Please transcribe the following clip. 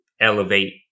elevate